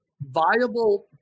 viable